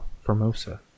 Formosa